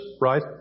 right